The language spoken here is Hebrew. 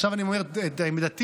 ועכשיו אני אומר את עמדתי,